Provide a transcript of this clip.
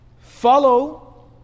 Follow